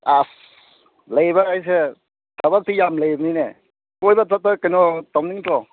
ꯑꯁ ꯂꯩꯕ ꯍꯥꯏꯁꯦ ꯊꯕꯛꯇꯤ ꯌꯥꯝ ꯂꯩꯕꯅꯤꯅꯦ ꯀꯣꯏꯕ ꯆꯠꯄ ꯀꯩꯅꯣ ꯇꯧꯅꯤꯡꯗ꯭ꯔꯣ